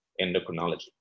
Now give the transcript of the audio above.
endocrinology